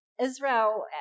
Israel